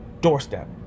doorstep